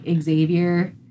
Xavier